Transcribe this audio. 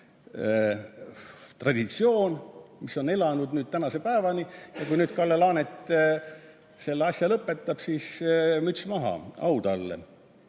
traditsioon, mis on elanud tänase päevani. Ja kui nüüd Kalle Laanet selle lõpetab, siis müts maha, au talle!